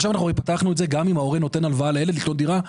עכשיו פתחנו את זה גם אם ההורה נותן הלוואה לילד לקנות דירה.